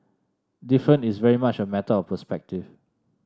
different is very much a matter of perspective